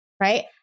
Right